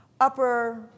upper